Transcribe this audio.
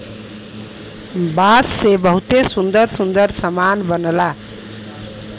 बांस से बहुते सुंदर सुंदर सामान बनला